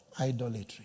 Idolatry